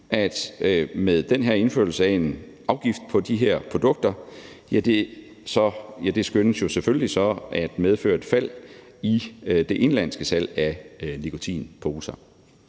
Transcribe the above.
at med den her indførelse af en afgift på de her produkter skønnes det selvfølgelig så at medføre et fald i det indenlandske salg af nikotinposer.